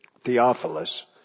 Theophilus